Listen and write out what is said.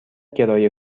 کرایه